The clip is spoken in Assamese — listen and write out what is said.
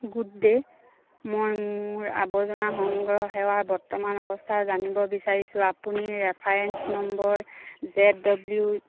গুড ডে' মই মোৰ আৱৰ্জনা সংগ্ৰহ সেৱাৰ বৰ্তমান অৱস্থা জানিব বিচাৰিছোঁ আপুনি ৰেফাৰেন্স নম্বৰ জেদ ডব্লিউ